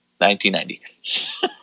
1990